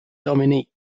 dominique